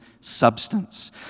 substance